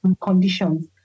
conditions